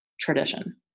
tradition